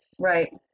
Right